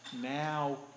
Now